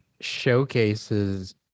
showcases